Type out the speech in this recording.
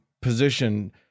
position